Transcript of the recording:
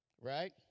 Right